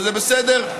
וזה בסדר,